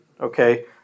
okay